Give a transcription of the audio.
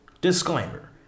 disclaimer